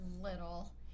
little